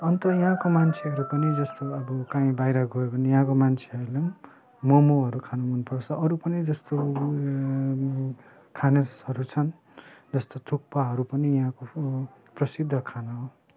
अन्त यहाँको मान्छेहरू पनि जस्तै अब कहीँ बाहिर गयो भने यहाँको मान्छेहरूले पनि मोमोहरू खानु मनपर्छ अरू कुनै जस्तो खानेहरू छन् जस्तै थुक्पाहरू पनि यहाँको प्रसिद्ध खाना हो